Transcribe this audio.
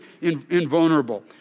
invulnerable